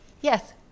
Yes